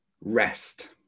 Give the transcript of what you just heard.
rest